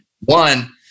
one